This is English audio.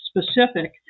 specific